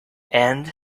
and